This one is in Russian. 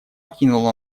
окинул